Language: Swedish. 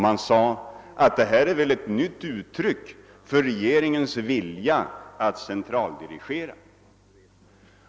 Man sade att det här är väl ett nytt uttryck för regeringens vilja att centraldirigera.